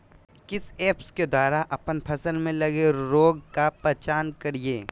किस ऐप्स के द्वारा अप्पन फसल में लगे रोग का पहचान करिय?